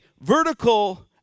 vertical